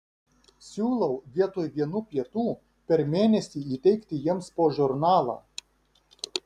siūlau vietoj vienų pietų per mėnesį įteikti jiems po žurnalą